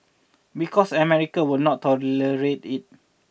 because America will not tolerate it